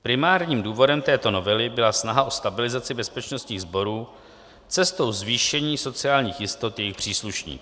Primárním důvodem této novely byla snaha o stabilizaci bezpečnostních sborů cestou zvýšení sociálních jistot jejich příslušníků.